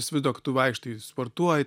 įsivaizduok tu vaikštai sportuoji